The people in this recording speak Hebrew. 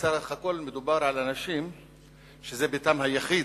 בסך הכול מדובר על אנשים שזה ביתם היחיד,